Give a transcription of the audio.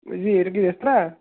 বলছি এটা কি রেস্তোরাঁ